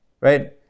right